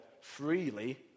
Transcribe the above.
freely